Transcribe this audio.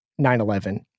9-11